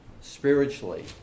spiritually